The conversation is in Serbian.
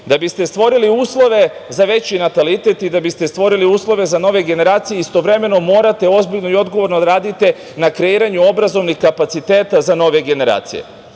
biste stvorili uslove za veći natalitet i da biste stvorili uslove za nove generacije istovremeno morate ozbiljno i odgovorno da radite na kreiranju obrazovnih kapaciteta za nove generacije. Navešću